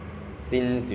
and then like